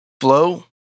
Flow